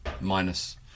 minus